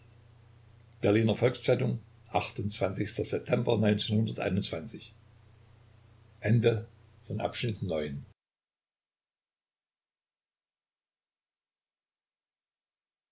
berliner volks-zeitung s september